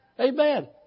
Amen